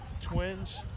twins